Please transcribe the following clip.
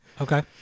Okay